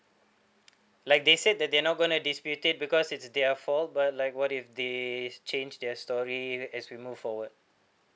like they said that they're not gonna dispute it because it's their fault but like what if they change their story as we move forward